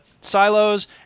silos